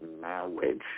marriage